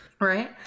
Right